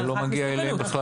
זה לא מגיע אליהם בכלל.